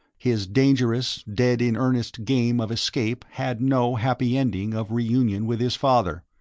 his dangerous, dead-in-earnest game of escape had no happy ending of reunion with his father.